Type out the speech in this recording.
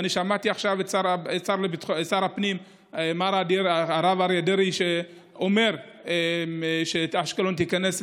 ואני שמעתי עכשיו את שר הפנים הרב אריה דרעי שאומר שאשקלון תיכנס,